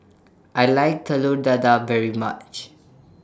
I like Telur Dadah very much